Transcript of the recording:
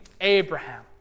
Abraham